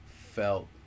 felt